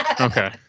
Okay